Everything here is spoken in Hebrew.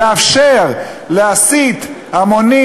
לאפשר להסית המונים,